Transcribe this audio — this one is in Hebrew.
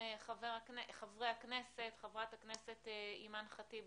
עם חברי הכנסת חברת הכנסת אימאן ח'טיב,